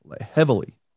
heavily